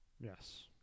Yes